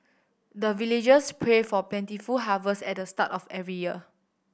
the villagers pray for plentiful harvest at the start of every year